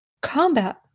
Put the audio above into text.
combat